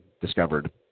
discovered